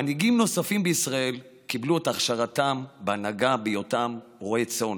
מנהיגים נוספים בישראל קיבלו את הכשרתם בהנהגה בהיותם רועי צאן,